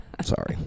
sorry